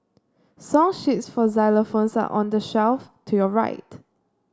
song sheets for xylophones are on the shelf to your right